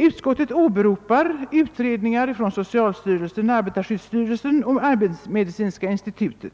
Utskottet åberopar utredningar från socialstyrelsen, arbetarskyddsstyrelsen och arbetsmedicinska institutet